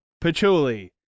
patchouli